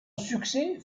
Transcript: succès